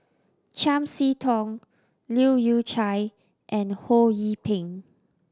Chiam See Tong Leu Yew Chye and Ho Yee Ping